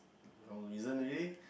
wrong reason already